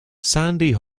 sandy